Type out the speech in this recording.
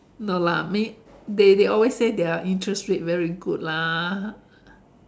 no lah I mean they they always say their interest rate very good lah